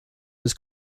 was